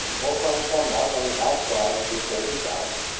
or from some mark on the outside of the folded ballot,